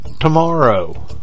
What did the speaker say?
tomorrow